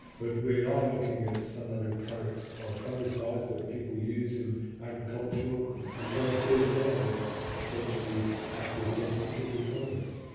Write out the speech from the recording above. but we are looking at some other types of fungicides that people use in agriculture and trying to see if they are ah potentially active against the chytrid fungus.